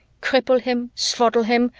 cripple him, swaddle him,